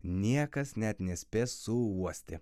niekas net nespės suuosti